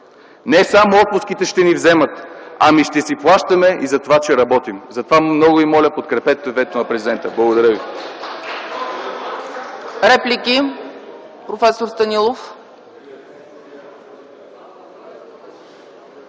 „Не само отпуските ще ни вземат, ами ще си плащаме и за това, че работим!” Затова, много ви моля, подкрепете ветото на президента. Благодаря ви.